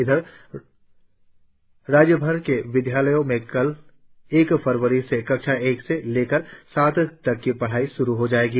इधर राज्यभर के विद्यालयों में कल एक फरवरी से कक्षा एक से लेकर सात तक की पढ़ाई श्रु हो जाएगी